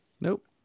Nope